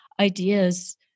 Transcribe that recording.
ideas